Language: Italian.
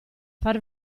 far